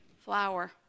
flower